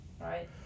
right